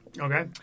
Okay